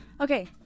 okay